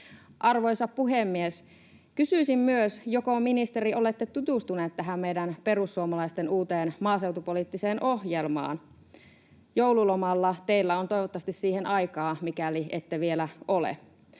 Arvoisa puhemies! Kysyisin myös: joko, ministeri, olette tutustunut meidän perussuomalaisten uuteen maaseutupoliittiseen ohjelmaan? Joululomalla teillä on toivottavasti siihen aikaa, mikäli ette vielä ole.